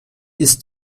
ist